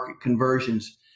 conversions